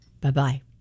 Bye-bye